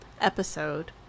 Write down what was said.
episode